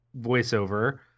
voiceover